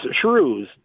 shrews